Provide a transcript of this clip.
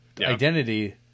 identity